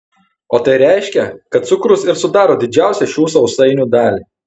o tai reiškia kad cukrus ir sudaro didžiausią šių sausainių dalį